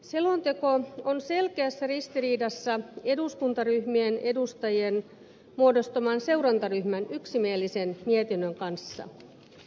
selonteko on selkeässä ristiriidassa eduskuntaryhmien edustajien muodostaman seurantaryhmän yksimielisen mietinnön kanssa